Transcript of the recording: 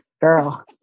girl